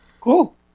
Cool